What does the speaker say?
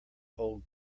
old